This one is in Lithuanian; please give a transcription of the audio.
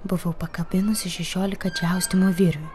buvau pakabinusi šešiolika džiaustymo virvių